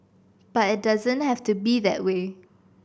but it doesn't have to be that way